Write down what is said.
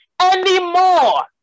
anymore